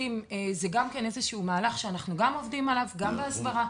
גם זה מהלך שאנחנו עובדים עליו, גם בהסברה.